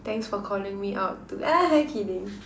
thanks for calling me out to kidding